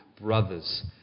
brothers